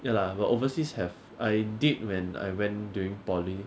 ya lah but overseas have I did when I when during poly